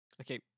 Okay